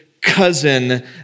cousin